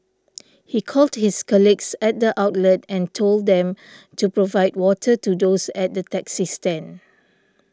he called his colleagues at the outlet and told them to provide water to those at the taxi stand